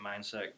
mindset